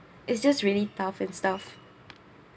it's just really tough and stuff